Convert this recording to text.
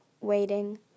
waiting